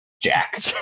Jack